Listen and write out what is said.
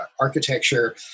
architecture